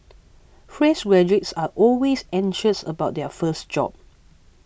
fresh graduates are always anxious about their first job